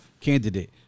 candidate